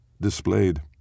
displayed